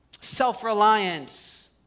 self-reliance